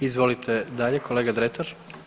Izvolite dalje, kolega Dretar.